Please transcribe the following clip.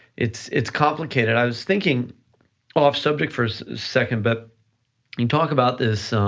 it's it's complicated. i was thinking off subject for a second, but you talk about this